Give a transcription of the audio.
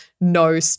no